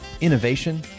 Innovation